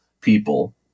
people